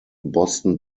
boston